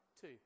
two